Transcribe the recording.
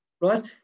Right